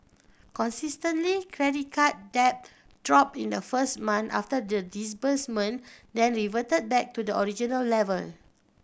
consistently credit card debt dropped in the first months after the disbursement then reverted back to the original level